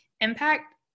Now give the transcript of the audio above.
impact